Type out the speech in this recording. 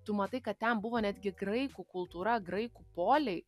tu matai kad ten buvo netgi graikų kultūra graikų poliai